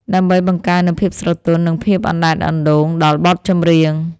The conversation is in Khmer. ដើម្បីបង្កើននូវភាពស្រទន់ និងភាពអណ្តែតអណ្តូងដល់បទចម្រៀង។